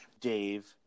Dave